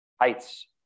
heights